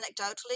anecdotally